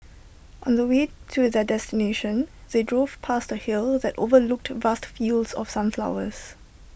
on the way to their destination they drove past A hill that overlooked vast fields of sunflowers